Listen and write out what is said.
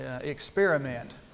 experiment